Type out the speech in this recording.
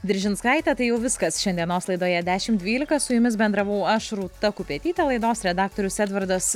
diržinskaite tai jau viskas šiandienos laidoje dešimt dvylika su jumis bendravau aš rūta kupetytė laidos redaktorius edvardas